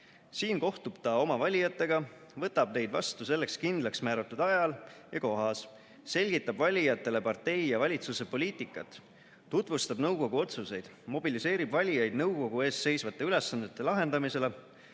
Siin kohtub ta oma valijatega, võtab neid vastu selleks kindlaksmääratud ajal ja kohas, selgitab valijatele partei ja valitsuse poliitikat, tutvustab nõukogu otsuseid, mobiliseerib valijaid nõukogu ees seisvate ülesannete lahendamisele,